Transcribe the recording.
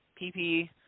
PP